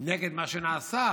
נגד מה שנעשה,